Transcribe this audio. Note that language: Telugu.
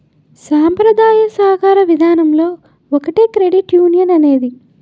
సాంప్రదాయ సాకార విధానంలో ఒకటే క్రెడిట్ యునియన్ అనేది